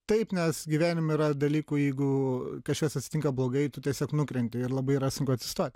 taip nes gyvenime yra dalykų jeigu kažkas atsitinka blogai tu tiesiog nukrenti ir labai yra sunku atsistoti